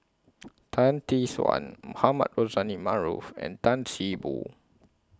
Tan Tee Suan Mohamed Rozani Maarof and Tan See Boo